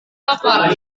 lapar